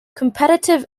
competitive